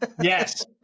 Yes